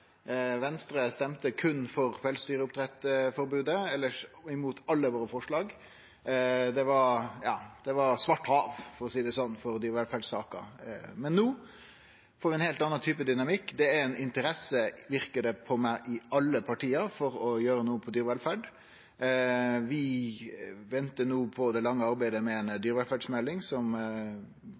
Venstre røysta berre for pelsdyroppdrettforbodet, elles imot alle våre forslag. Det var svart hav, for å seie det sånn, for dyrevelferdssaka. No får vi ein heilt annan type dynamikk. Det er ein interesse, verkar det som, i alle partia for å gjere noko for dyrevelferda. Vi ventar no på det lange arbeidet med ei dyrevelferdsmelding, som